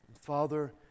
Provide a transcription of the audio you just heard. Father